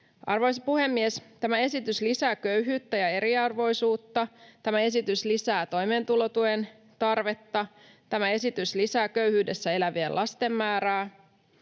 Arvoisa puhemies! Tämä esitys lisää köyhyyttä ja eriarvoisuutta, tämä esitys lisää toimeentulotuen tarvetta, tämä esitys lisää köyhyydessä elävien lasten määrää.